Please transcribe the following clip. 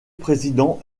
président